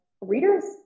readers